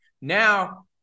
now